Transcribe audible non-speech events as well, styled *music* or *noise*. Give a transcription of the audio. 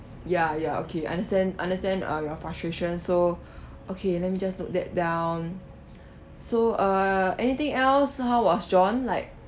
ya ya okay understand understand uh your frustration so *breath* okay let me just note that down so uh anything else how was john like